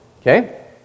okay